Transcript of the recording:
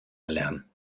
erlernen